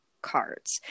cards